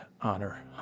honor